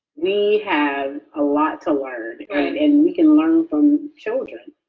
we have a lot to learn, and and we can learn from children.